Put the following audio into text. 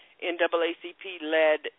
NAACP-led